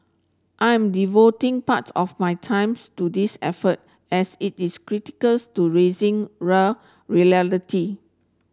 I am devoting part of my times to this effort as it is critical to raising rail reality